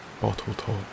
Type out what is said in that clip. bottle-top